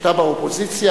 כשאתה באופוזיציה,